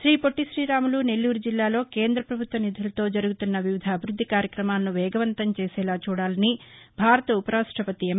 శ్రీపొట్టి శ్రీరాములు నెల్లారు జిల్లాలో కేంద్ర ప్రభుత్వ నిధులతో జరుగుతున్న వివిధ అభివృద్ది కార్యక్రమాలను వేగవంతం చేసేలా చూడాలని భాతర ఉపరాష్టపతి ఎం